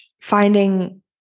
finding